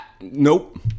Nope